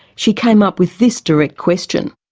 she came up with this direct question.